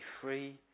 free